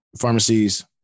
Pharmacies